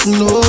no